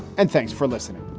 and thanks for listening